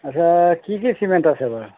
আচ্ছা কি কি চিমেণ্ট আছে বাৰু